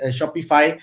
Shopify